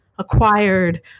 Acquired